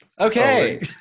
Okay